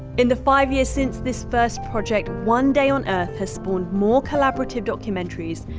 in the five years since this first project, one day on earth has spawned more collaborative documentaries,